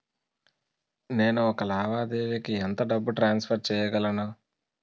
నేను ఒక లావాదేవీకి ఎంత డబ్బు ట్రాన్సఫర్ చేయగలను?